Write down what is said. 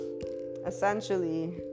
essentially